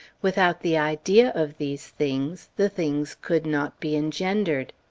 without the idea of these things the things could not be engendered.